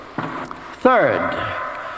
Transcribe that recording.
third